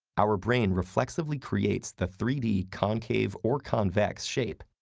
our brain reflexively creates the three d concave or convex shape.